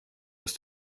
aus